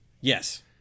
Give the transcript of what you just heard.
Yes